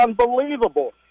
unbelievable